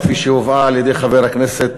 כפי שהובאה על-ידי חבר הכנסת